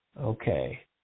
okay